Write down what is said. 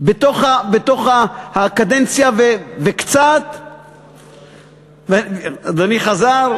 בתוך הקדנציה וקצת, אדוני חזר.